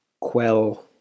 quell